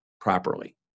properly